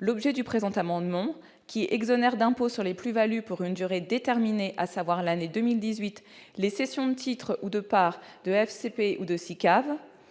L'objet du présent amendement est d'exonérer d'impôt sur les plus-values pour une durée déterminée, à savoir l'année 2018, les cessions de titres ou de parts de FCP ou de SICAV,